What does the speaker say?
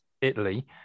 Italy